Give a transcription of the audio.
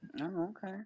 okay